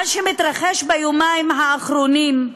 מה שמתרחש ביומיים האחרונים,